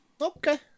Okay